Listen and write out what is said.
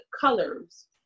colors